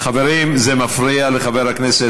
חברים זה מפריע לחבר הכנסת.